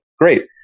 Great